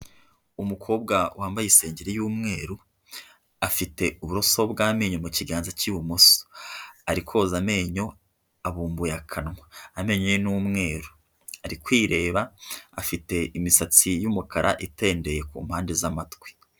Umukobwa wambaye isengeri y'umweru afite uburoso bw'amenyo mu kiganza cy'ibumoso, ari koza amenyo, abumbuye akanwa amenyo ye ni umweru ari kwireba, afite imisatsi y'umukara itendeye ku mpande z'amatwi.